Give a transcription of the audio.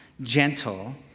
gentle